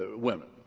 ah women,